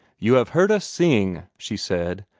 you have heard us sing, she said,